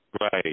Right